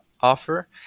offer